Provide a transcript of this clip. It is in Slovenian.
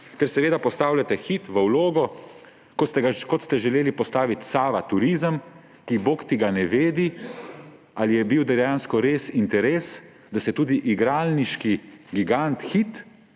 ker seveda postavljate Hit v vlogo, kot ste želeli postaviti Sava Turizem, ki bog ti ga ne vedi, ali je bil dejansko res interes, da se tudi igralniški gigant Hit